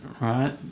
right